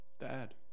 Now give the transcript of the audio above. Dad